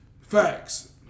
Facts